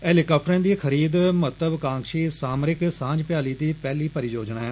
हैलिकाप्टरें दी खरीद महत्वकांक्षी सामरिक सांझ भ्याली दी पहली परियोजना ऐ